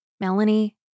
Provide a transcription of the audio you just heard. Melanie